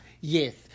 Yes